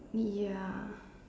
ya